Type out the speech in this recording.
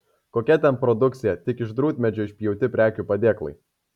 kokia ten produkcija tik iš drūtmedžio išpjauti prekių padėklai